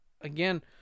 again